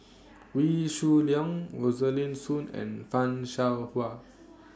Wee Shoo Leong Rosaline Soon and fan Shao Hua